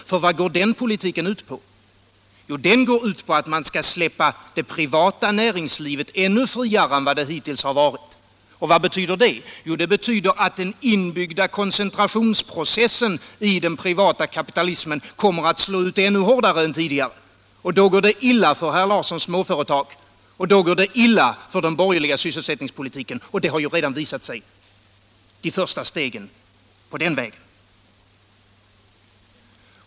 För vad går den politiken ut på? Den politiken går ut på att man skall släppa det privata näringslivet ännu friare än vad det hittills har varit. Och vad betyder det? Det betyder att den inbyggda koncentrationsprocessen i den privata kapitalismen kommer att slå ut ännu hårdare än tidigare. Då går det illa för herr Larssons småföretag, och då går det illa för den borgerliga sysselsättningspolitiken. Och det har redan visat sig att de första stegen på den vägen är tagna.